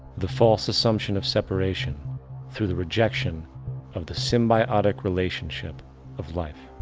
the false assumption of separation through the rejection of the symbiotic relationship of life.